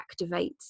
activates